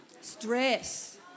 Stress